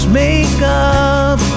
makeup